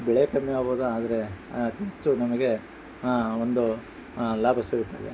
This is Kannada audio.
ಬೆಳೆ ಕಮ್ಮಿ ಆಬೋದ ಆದರೆ ಅತೀ ಹೆಚ್ಚು ನಮಗೆ ಒಂದು ಲಾಭ ಸಿಗುತ್ತದೆ